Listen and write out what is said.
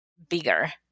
Bigger